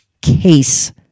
case